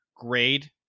grade